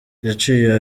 yaciye